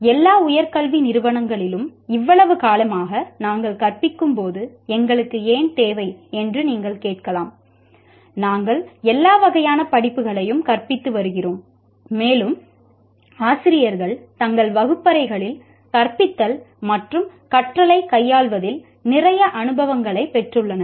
எல்லா உயர் கல்வி நிறுவனங்களிலும் இவ்வளவு காலமாக நாங்கள் கற்பிக்கும் போது எங்களுக்கு ஏன் தேவை என்று நீங்கள் கேட்கலாம் நாங்கள் எல்லா வகையான படிப்புகளையும் கற்பித்து வருகிறோம் மேலும் ஆசிரியர்கள் தங்கள் வகுப்பறைகளில் கற்பித்தல் மற்றும் கற்றலைக் கையாள்வதில் நிறைய அனுபவங்களைப் பெற்றுள்ளனர்